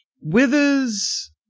Withers